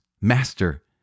Master